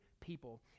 people